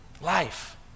life